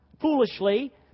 foolishly